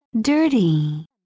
Dirty